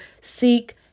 seek